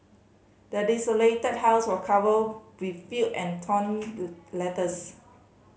the desolated house was feel and torn letters